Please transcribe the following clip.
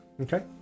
Okay